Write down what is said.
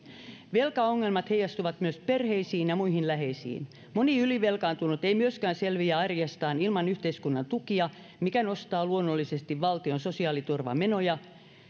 velkaongelmat heijastuvat myös perheisiin ja muihin läheisiin moni ylivelkaantunut ei myöskään selviä arjestaan ilman yhteiskunnan tukia mikä nostaa luonnollisesti valtion sosiaaliturvamenoja